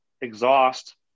exhaust